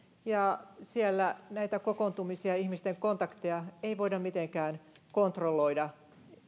ja siellä näitä kokoontumisia ja ihmisten kontakteja ei voida mitenkään kontrolloida